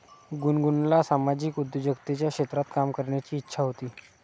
गुनगुनला सामाजिक उद्योजकतेच्या क्षेत्रात काम करण्याची इच्छा होती